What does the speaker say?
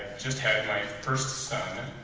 just had my first son.